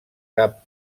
cap